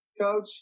Coach